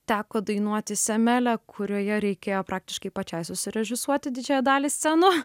teko dainuoti semelę kurioje reikėjo praktiškai pačiai susirežisuoti didžiąją dalį scenų